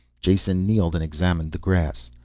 jason kneeled and examined the grass.